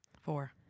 Four